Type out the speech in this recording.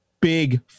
big